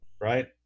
right